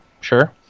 sure